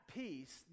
peace